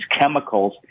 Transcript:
chemicals